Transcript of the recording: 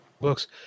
Books